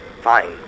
Fine